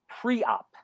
pre-op